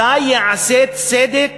מתי ייעשה צדק